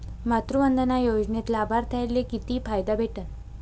मातृवंदना योजनेत लाभार्थ्याले किती फायदा भेटन?